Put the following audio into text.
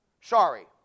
Sorry